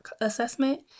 assessment